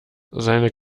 seine